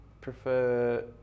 prefer